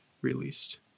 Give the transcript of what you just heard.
released